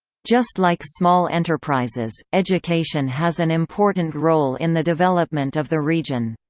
just like small enterprises, education has an important role in the development of the region.